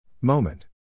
Moment